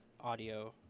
audio